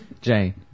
jane